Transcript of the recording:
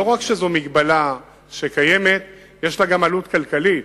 לא רק שזו מגבלה שקיימת, יש לה גם עלות כלכלית,